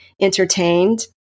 entertained